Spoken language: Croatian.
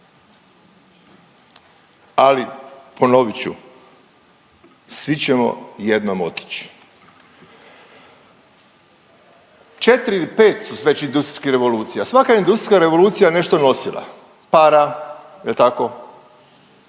Ali ponovit ću svi ćemo jednom otić. Četri ili pet su već industrijskih revolucija, svaka industrijska revolucija je nešto nosila, para jel tako,